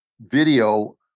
video